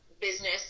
business